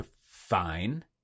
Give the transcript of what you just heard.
fine